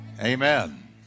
Amen